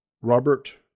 Robert